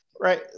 Right